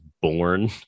born